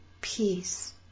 peace